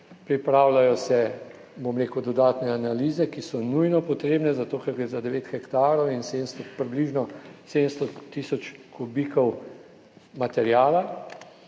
pripravljajo se dodatne analize, ki so nujno potrebne, zato ker gre za 9 hektarov in približno 700 tisoč kubikov materiala,